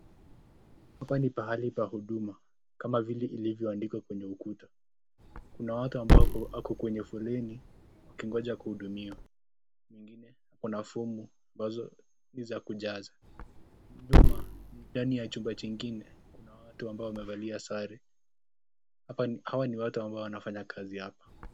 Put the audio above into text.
Hapa ni pahali pa huduma kama vile ilivyoandikwa kwenye ukuta, kuna watu ambao wako kwenye foleni wakingoja kuhudumiwa, kuna fom ambazo ni za kujaza [...], ndani ya chumba jingine kuna mtu amevalia sare hawa ni watu wanafanya kazi hapo.